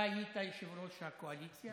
אתה היית יושב-ראש הקואליציה.